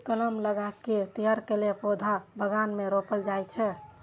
कलम लगा कें तैयार कैल पौधा बगान मे रोपल जाइ छै